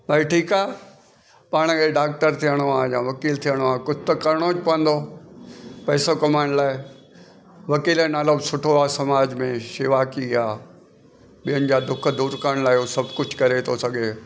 भई ठीकु आहे पाण खे डॉक्टर थियणो आहे या वकील थियणो आहे कुझु त करिणो ई पवंदो पैसो कमाइण लाइ वकील जो नालो बि सुठो आहे समाज में शेवाकी आहे ॿियनि जा दुख दूरु करण लाइ हू सभु कुझु करे थो सघे